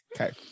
Okay